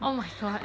oh my god